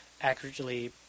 accurately